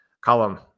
Column